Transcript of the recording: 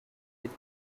with